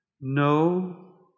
No